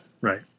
Right